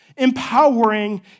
empowering